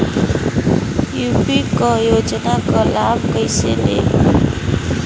UP क योजना क लाभ कइसे लेब?